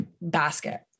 basket